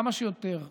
כמה שיותר מהישגיו,